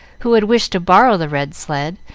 who had wished to borrow the red sled,